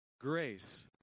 grace